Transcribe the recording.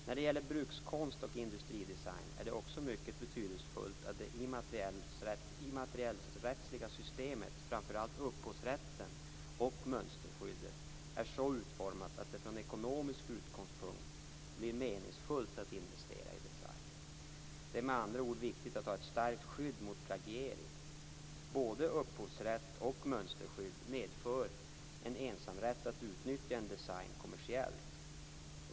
När det gäller brukskonst och industridesign är det också mycket betydelsefullt att det immaterialrättsliga systemet - framför allt upphovsrätten och mönsterskyddet - är så utformat att det från ekonomisk utgångspunkt blir meningsfullt att investera i design. Det är med andra ord viktigt att ha ett starkt skydd mot plagiering. Både upphovsrätt och mönsterskydd medför en ensamrätt att utnyttja en design kommersiellt.